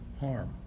harm